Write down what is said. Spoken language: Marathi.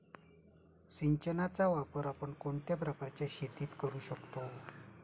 सिंचनाचा वापर आपण कोणत्या प्रकारच्या शेतीत करू शकतो?